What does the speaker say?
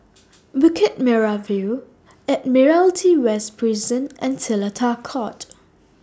Bukit Merah View Admiralty West Prison and Seletar Court